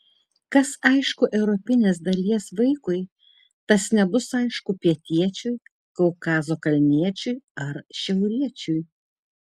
kas aišku europinės dalies vaikui tas nebus aišku pietiečiui kaukazo kalniečiui ar šiauriečiui